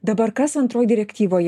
dabar kas antroj direktyvoje